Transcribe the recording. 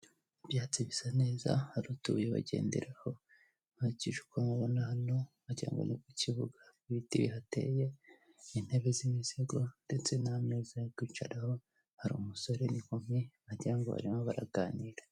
Ibyatsi bisa neza hari utubuye bagenderaho nkurikije uko mpabona hano mwagira ngo ni ku kibuga, hari ibiti bihateye, intebe z'imisego ndetse n'ameza yo kwicaraho hari umusore n'inkumi wagira ngo barimo baraganira.